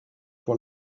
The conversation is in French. pour